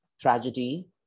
tragedy